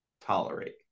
tolerate